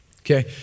Okay